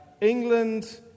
England